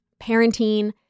parenting